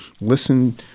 listen